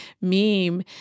meme